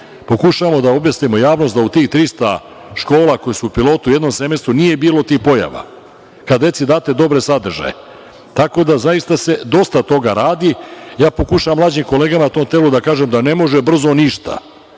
Pokušavamo da objasnimo javnosti da u tih 300 škola koje su u pilotu u jednom semestru, nije bilo tih pojava, jer kada deci date dobre sadržaje. Zaista, dosta toga se radi. Ja pokušavam mlađim kolegama i u tom telu da kažem da ne može brzo ništa.